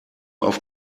auf